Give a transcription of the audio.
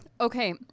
okay